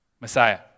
Messiah